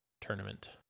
tournament